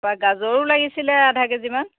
তাৰপৰা গাজৰো লাগিছিলে আধা কেজিমান